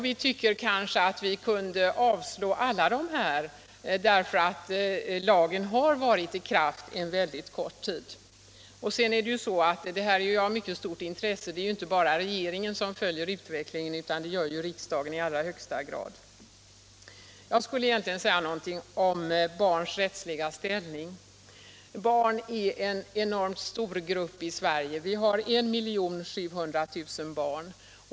Vi tyckte i utskottet att vi kunde avstyrka alla dessa, därför att lagen har varit i kraft mycket kort tid. Det är av mycket stort intresse och det är inte bara regeringen som följer utvecklingen, det gör riksdagen i allra högsta grad. Jag skall också säga något om barns rättsliga ställning. Barn är en enormt stor grupp i Sverige — det finns 1 700 000 barn.